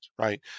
right